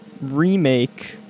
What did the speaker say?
remake